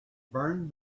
burned